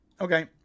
Okay